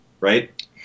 right